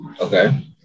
Okay